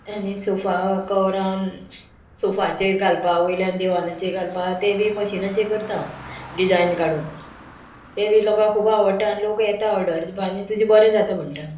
आनी सोफा कवरां सोफाचेर घालपा वयल्यान दिवानाचेर घालपा ते बी मशिनाचेर करता डिजायन काडून तें बी लोकांक खूब आवडटा आनी लोक येता ऑर्डर आनी तुजे बरें जाता म्हणटा